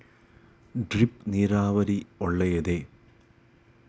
Drip ನೀರಾವರಿ ಒಳ್ಳೆಯದೇ?